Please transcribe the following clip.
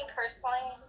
personally